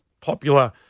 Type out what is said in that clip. popular